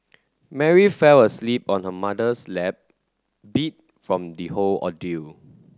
Mary fell asleep on her mother's lap beat from the whole ordeal